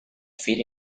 feed